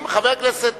חבר הכנסת